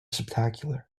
spectacular